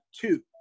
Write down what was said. Two